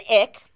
ick